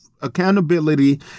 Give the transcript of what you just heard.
accountability